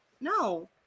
no